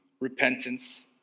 repentance